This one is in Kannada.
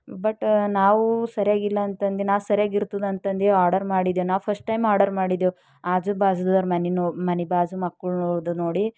ಬಟ್ ನಾವು ಸರಿಯಾಗಿಲ್ಲಂತಂದು ನಾ ಸರಿಯಾಗಿರ್ತದಂತಂದು ಆರ್ಡರ್ ಮಾಡಿದೆ ನಾ ಫರ್ಸ್ಟು ಟೈಮ್ ಆರ್ಡರ್ ಮಾಡಿದೆವು ಆಜುಬಾಜುದವ್ರ ಮನೆ ನೋ ಮನೆ ಬಾಜು ಮಕ್ಳದ್ದು ನೋಡಿ